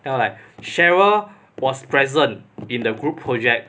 then write cheryl was present in the group project